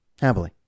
Happily